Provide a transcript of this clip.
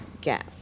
gap